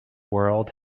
world